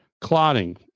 Clotting